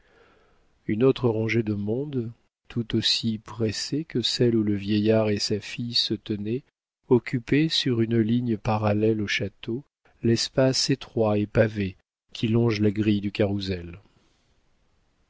une autre rangée de monde tout aussi pressée que celle où le vieillard et sa fille se tenaient occupait sur une ligne parallèle au château l'espace étroit et pavé qui longe la grille du carrousel